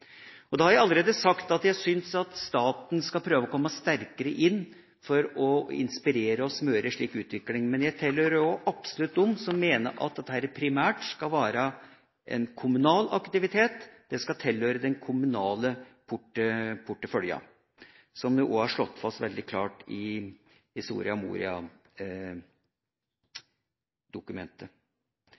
miks. Da har jeg allerede sagt at jeg syns at staten skal prøve å komme sterkere inn for å inspirere og smøre en slik utvikling. Men jeg tilhører også absolutt dem som mener at dette primært skal være en kommunal aktivitet, det skal tilhøre den kommunale porteføljen, som det også veldig klart er slått fast i